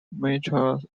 metres